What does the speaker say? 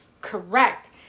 Correct